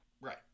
Right